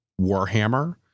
Warhammer